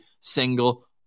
single